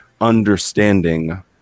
understanding